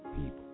people